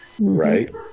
right